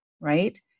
Right